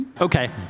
Okay